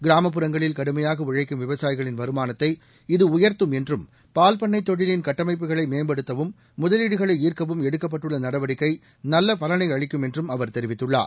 கிராமப்புறங்களில் கடுமையாக உழைக்கும் விவசாயிகளின் வருமானத்தை இது உயர்த்தும் என்றும் பால்ப்பண்ணைத் தொழிலின் கட்டமைப்புகளை மேம்படுத்தவும் முதலீடுகளை ஈர்க்கவும் எடுக்கப்பட்டுள்ள நடவடிக்கை நல்ல பலனை அளிக்கும் என்றும் அவர் தெரிவித்துள்ளார்